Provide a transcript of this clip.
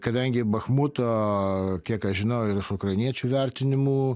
kadangi bachmuto kiek aš žinau ir iš ukrainiečių vertinimų